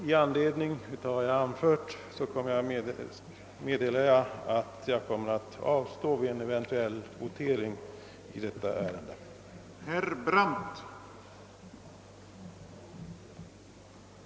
I anledning av vad jag anfört vill jag meddela, att jag vid en eventuell votering i detta ärende kommer att avstå från att rösta.